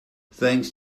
thanks